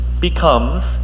becomes